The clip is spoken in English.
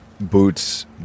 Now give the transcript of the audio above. boots